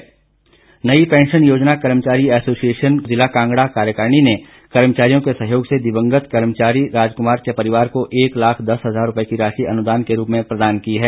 pension योजना नई pension योजना कर्मचारी एसोसिएशन को जिला कांगड़ा कार्यकारणी ने कर्मचारियों के सहयोग से दिवंगत कर्मचारी राज कुमार के परिवार को एक लाख दस हजार रुपये की राशि अनुदान के रूप में प्रदान की है